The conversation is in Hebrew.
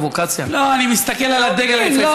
לא, לא, אז אני אומר: להפך, להפך,